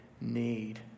need